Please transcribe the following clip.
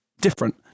different